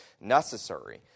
necessary